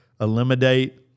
Eliminate